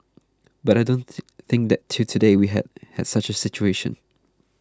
but I don't think that till today we have had such a situation